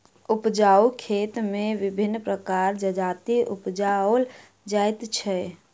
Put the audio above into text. उपजाउ खेत मे विभिन्न प्रकारक जजाति उपजाओल जाइत छै